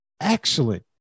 excellent